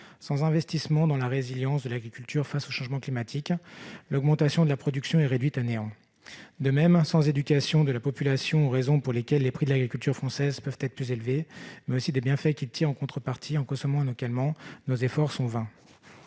sans investissement dans la résilience de l'agriculture face au changement climatique, l'augmentation de la production est réduite à néant. De même, sans éducation de la population- il faut expliquer pourquoi les prix de l'agriculture française peuvent être plus élevés tout en insistant sur les bienfaits d'une consommation locale -, nos efforts sont vains.